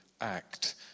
act